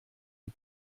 die